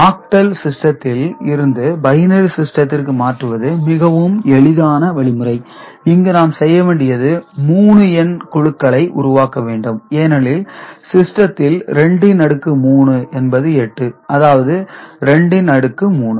octal சிஸ்டத்தில் இருந்து binary சிஸ்டத்திற்கு மாற்றுவது மிகவும் எளிதான வழி முறை இங்கு நாம் செய்ய வேண்டியது 3 எண் குழுக்களை உருவாக்க வேண்டும் ஏனெனில் சிஸ்டத்தில் 2 இன் அடுக்கு 3 என்பது 8 அதாவது 2 அடுக்கு 3